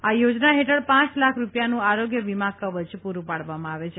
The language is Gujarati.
આ યોજના હેઠળ પાંચ લાખ રૂપિયાનું આરોગ્ય વીમા કવચ પૂરૂં પાડવામાં આવે છે